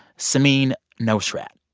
samin nosrat.